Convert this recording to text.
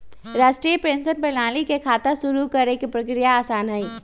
राष्ट्रीय पेंशन प्रणाली में खाता शुरू करे के प्रक्रिया आसान हई